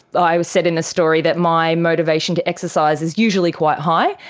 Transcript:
i said in a story that my motivation to exercise is usually quite high.